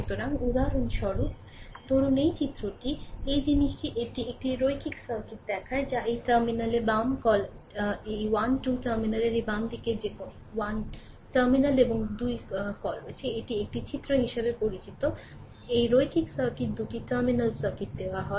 সুতরাং উদাহরণস্বরূপ ধরুন এই চিত্রটি এই জিনিসটি এটি একটি রৈখিক সার্কিট দেখায় যা এই টার্মিনালের বাম কলটি এই 1 টু টার্মিনালের এই বাম দিকে বাম কল রয়েছে এটি 1 টার্মিনাল 1 এবং 2 কলটি কল করছে এটি একটি চিত্র হিসাবে পরিচিত এই রৈখিক সার্কিট দুটি টার্মিনাল সার্কিট দেওয়া হয়